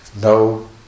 no